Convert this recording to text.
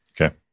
Okay